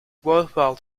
worthwhile